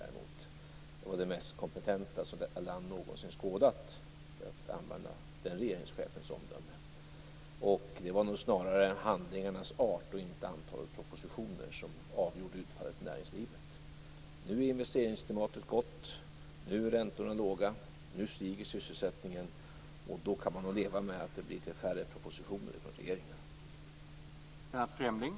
Det var den mest kompetenta som detta land någonsin skådat, för att använda den regeringschefens omdöme. Det var nog snarare handlingarnas art och inte antalet propositioner som avgjorde utfallet i näringslivet. Nu är investeringsklimatet gott. Nu är räntorna låga. Nu stiger sysselsättningen. Då kan man nog leva med att det blir litet färre propositioner från regeringen.